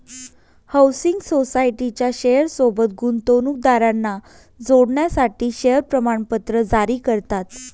housing सोसायटीच्या share सोबत गुंतवणूकदारांना जोडण्यासाठी शेअर प्रमाणपत्र जारी करतात